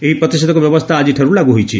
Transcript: ଏହି ପ୍ତିଷେଧକ ବ୍ୟବସ୍କା ଆଜିଠାର୍ ଲାଗ୍ ହୋଇଛି